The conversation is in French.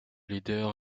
leader